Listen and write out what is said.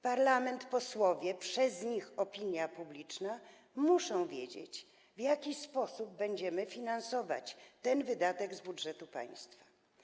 Parlament, posłowie i informowana przez nich opinia publiczna muszą wiedzieć, w jaki sposób będziemy finansować ten wydatek z budżetu państwa.